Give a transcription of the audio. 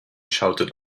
shouted